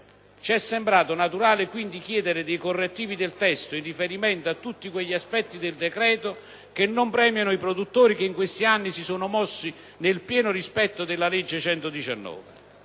Ci è sembrato naturale, quindi, chiedere dei correttivi del testo in riferimento a tutti quegli aspetti del decreto che non premiano i produttori che in questi anni si sono mossi nel pieno rispetto della citata